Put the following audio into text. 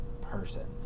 person